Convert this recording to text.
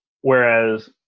whereas